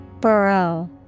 burrow